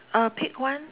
uh pick one